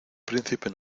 príncipe